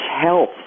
health